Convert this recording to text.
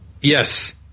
Yes